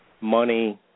money